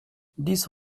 dix